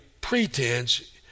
pretense